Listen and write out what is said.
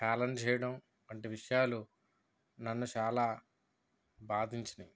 హేళన చేయడం వంటి విషయాలు నన్ను చాలా బాధించినాయి